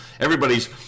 Everybody's